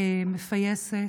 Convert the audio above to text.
מפייסת.